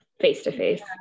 face-to-face